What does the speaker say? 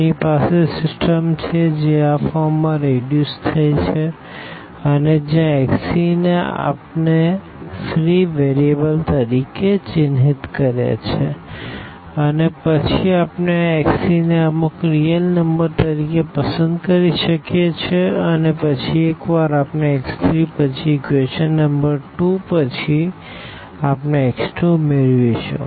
આપણી પાસે સિસ્ટમ છે જે આ ફોર્મમાં રીડ્યુસ થઈ છે અને જ્યાં x3 ને આપણે ફ્રી વેરીએબલ તરીકે ચિહ્નિત કર્યા છે અને પછી આપણે આ x3 ને અમુક રીઅલ નંબર તરીકે પસંદ કરી શકીએ છીએ અને પછી એક વાર આપણે x3 પછી ઇક્વેશન નંબર 2 પછી આપણે x 2 મેળવીશું